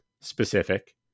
specific